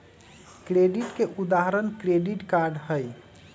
credit के उदाहरण credit card हई